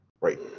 right